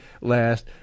last